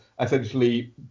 essentially